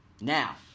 now